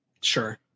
Sure